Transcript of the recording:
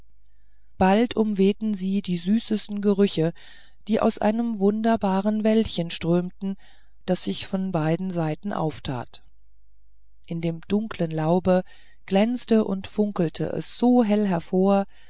bald umwehten sie die süßesten gerüche die aus einem wunderbaren wäldchen strömten das sich von beiden seiten auftat in dem dunkeln laube glänzte und funkelte es so hell hervor